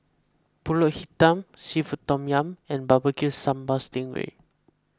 Pulut Hitam Seafood Tom Yum and B B Q Sambal Sting Ray